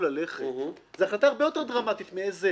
מסלול ללכת, זו החלטה הרבה יותר דרמטית מאשר איזה